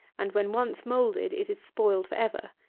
and when once moulded, it is spoiled for ever.